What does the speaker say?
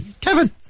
Kevin